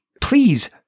Please